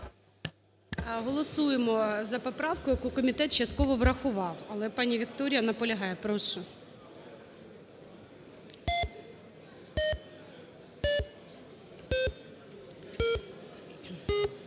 Голосуємо за поправку, яку комітет частково врахував, але пані Вікторія наполягає. Прошу.